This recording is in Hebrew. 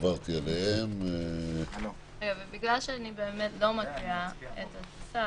בגלל שאני לא קוראת את הצו,